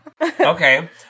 Okay